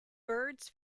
birds